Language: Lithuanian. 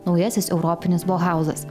naujasis europinis bohauzas